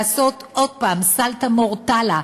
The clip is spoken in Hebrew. לעשות עוד פעם סלטה מורטלה,